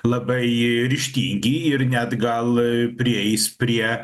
labai ryžtingi ir net gal prieis prie